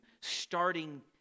Starting